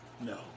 No